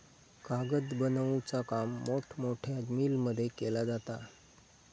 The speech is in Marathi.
कागद बनवुचा काम मोठमोठ्या मिलमध्ये केला जाता